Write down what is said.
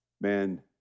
man